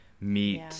meet